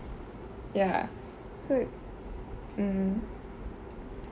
ya so mm